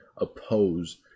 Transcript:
oppose